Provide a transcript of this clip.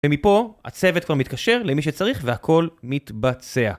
ומפה הצוות כבר מתקשר למי שצריך והכל מתבצע.